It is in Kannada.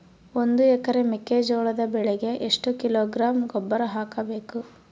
ಒಂದು ಎಕರೆ ಮೆಕ್ಕೆಜೋಳದ ಬೆಳೆಗೆ ಎಷ್ಟು ಕಿಲೋಗ್ರಾಂ ಗೊಬ್ಬರ ಹಾಕಬೇಕು?